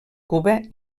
cuba